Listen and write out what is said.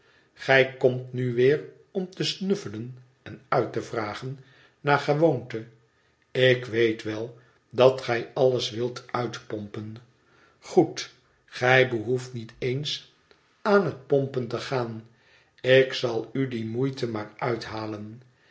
gij komt nu weer om te snuffelen en uit te vragen naar gewoonte ik weet wel dat gij alles wilt uitpompen goed gij behoeft niet eens aan het pompen te gaan ik zal u die moeite maar uithalen